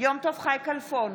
יום טוב חי כלפון,